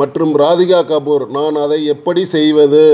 மற்றும் ராதிகா கபூர் நான் அதை எப்படி செய்வது